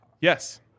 Yes